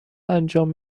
انجام